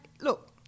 look